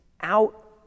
out